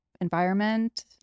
environment